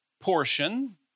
portion